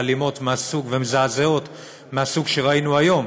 אלימות ומזעזעות מהסוג שראינו היום,